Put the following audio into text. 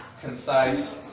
concise